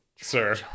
sir